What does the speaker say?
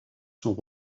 sont